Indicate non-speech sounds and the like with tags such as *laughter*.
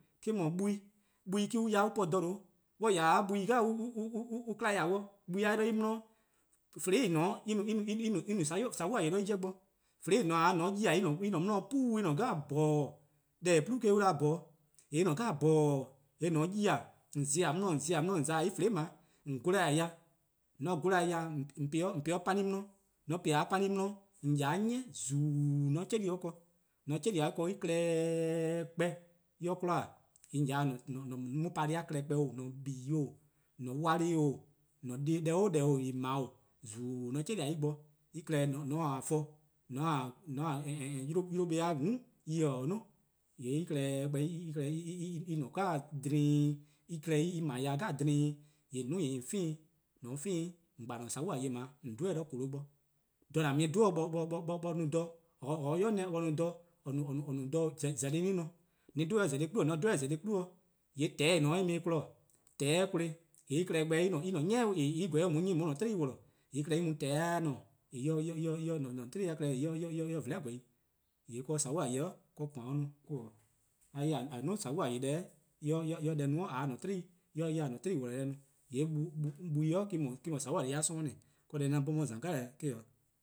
Me-: 'dhu buo'+-' buo'+ me-: an ya 'de an po :dha :due', on 'ya 'de buo'+ 'jeh *hesitation* on kla-dih-dih, de en 'di :vuli: :en :ne-a 'de *hesitation* en no sobo'-deh: 'do en 'jeh bo. :vuli: en :ne-a 'de en ne :mor :on 'ye-ih *hesitation* en :ne 'di-dih 'puu, en :ne :poror:, deh :eh 'plu-a eh-: an 'da-dih :boror:, :yee' en :ne :boror: deh 'jeh, :mor :on 'ye-ih :on :za-ih 'di-dih :on :za-ih 'di-dih, :on :za 'de en :vuli :dao' on gola-ih dih :mor :on gola-ih dih :on po-ih 'de 'pani 'di, :mor :on po-ih 'de 'pani 'di, :on :ya 'de 'ni :zuu: :on 'cheh-dih-eh 'de en ken, :mor :on 'chen-dih 'o en ken en klehkpeh, :mor en 'klon :yee' :on :ya 'de *hesitation* :an-a' mo-: pa-deh+-a klehkpeh, :an-a' buh+buh+ 'o-:, :an-' 'wla+ '-:, *hesitation* :an-a' deh 'o deh :on 'ble-a 'o-:, :zuu: :mor :on 'cheh-dih 'de en bo, en klehkpeh :mor :on taa :forn :mor :on :taa *hesitation* 'yluh buh+ :mm'-a no, :yee' en klehkpeh, en klehkpeh en no dleen deh 'jeh, en klehkpeh en ma-dih deh 'jeh dleen, :yee' :on 'duo:-ih :on fean-ih 'weh :yee' :mor :on 'fean-ih :yee' :on kpa :an-a' sobo'-deh :on dhe-eh dih 'de kolo bo, 'do :dha :an mu-dh dih :dhe-' *hesitation* eh no :dha :or 'ye-a deh 'i 'neh, :nyi eh no dha *hesitation* :gbehne se-a:ne, 'bor :an dhe-eh 'o :dha :gbehne :ne-a dih, :mor on dhe 'o :dha :gbehne :ne-a dih :yee' :tehehn:- mu eh :kpon, :yee' :mor :tehehn: kpon-eh :yee' en klehkpeh en-: 'ni en :korn en 'ye-a :on 'yi :on 'ye :an-a' 'tiei' worlor: :yee' en klehkpeh en mu :tehehn: 'suhsuh :ne :yee' *hesitation* en :se-' :an 'tiei'-a klehkpeh *hesitation* en :se :vlehehn' :gweh 'i. :yee' sobo'-deh, :koan eh no-a or-: 'i, a *hesitation* 'nyi :a 'duo' sobo'-deh deh-' *hesitation* eh 'ye deh no-' *hesitation* eh 'ya :a-a' 'tiei: worlor: deh no, *hesitation* buo'+ me-: no sobo'-deh-a 'sororn' neh, deh 'an 'bhorn 'on 'ye-a :za deh 'jeh eh 'o